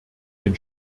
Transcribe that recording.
den